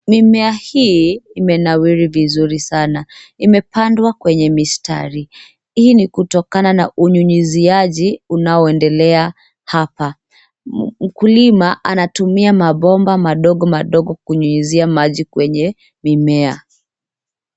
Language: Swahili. Mimea hii imenawiri vizuri sana, imepandwa kwenye mistari. Hii ni kutokana na unyunyiziaji unao endelea hapa. Mkulima anatumia mabomba madogo madogo kunyunyizia maji kwenye mimea.